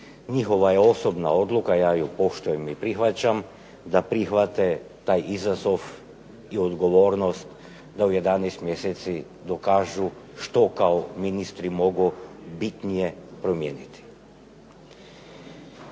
Njihova je osobna odluka, ja ju poštujem i prihvaćam da prihvate taj izazov i odgovornost da u 11 mjeseci dokažu što kao ministri mogu bitnije promijeniti.